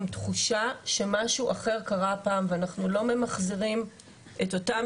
עם תחושה שמשהו אחר קרה הפעם ואנחנו לא ממחזרים את אותם